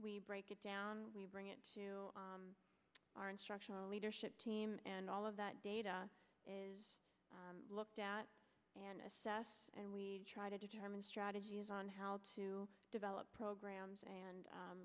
we break it down we bring it to our instructional leadership team and all of that data is looked at and assessed and we try to determine strategies on how to develop programs and